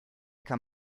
kann